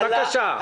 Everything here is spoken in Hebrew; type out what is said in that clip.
בבקשה.